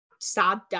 Sad